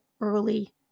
early